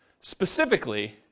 specifically